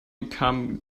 become